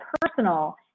personal